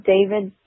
David